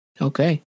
Okay